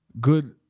good